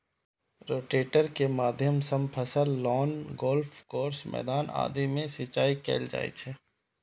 rotator के माध्यम सं फसल, लॉन, गोल्फ कोर्स, मैदान आदि मे सिंचाइ कैल जाइ छै